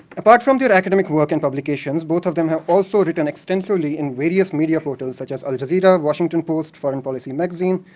apart from their academic work and publications, both of them have also written extensively in various media portals, such as al jazeera, washington post, foreign policy magazine,